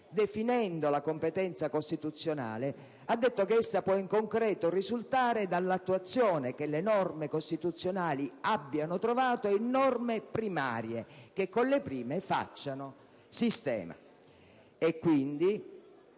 definendo la competenza costituzionale ha detto che essa può in concreto risultare dall'attuazione che le norme costituzionali abbiano trovato in norme primarie che con le prime facciano sistema. È chiaro